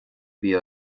bia